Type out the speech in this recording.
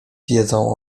wiedzą